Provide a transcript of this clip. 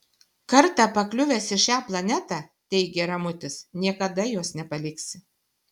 kartą pakliuvęs į šią planetą teigė ramutis niekada jos nepaliksi